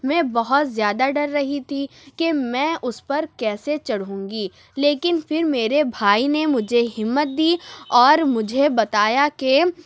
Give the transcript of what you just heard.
میں بہت زیادہ ڈر رہی تھی کہ میں اس پر کیسے چڑھوں گی لیکن پھر میرے بھائی نے مجھے ہمت دی اور مجھے بتایا کہ